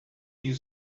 you